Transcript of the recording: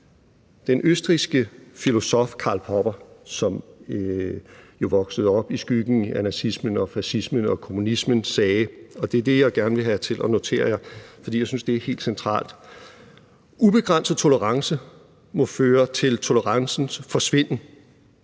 Den østrigske filosof Karl Popper, som voksede op i skyggen af nazismen og fascismen og kommunismen, sagde – og det er det, jeg gerne vil have jer til at notere jer, for jeg synes, det er helt central: Ubegrænset tolerance må føre til tolerancens forsvinden.